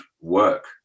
work